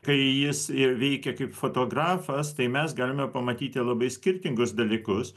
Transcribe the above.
kai jis i veikia kaip fotografas tai mes galime pamatyti labai skirtingus dalykus